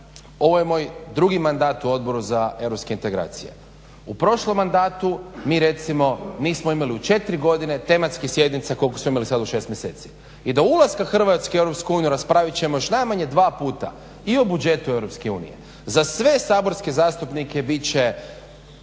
ovo je moj drugi mandat u Odboru za europske integracije. U prošlom mandatu mi recimo nismo imali u 4 godine tematskih sjednica koliko smo imali sad u 6 mjeseci. I do ulaska Hrvatske u EU raspravit ćemo još najmanje 2 puta i o budžetu EU, za sve saborske zastupnike bit će